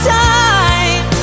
time